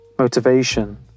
Motivation